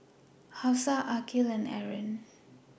Hafsa Aqil and Aaron